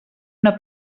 una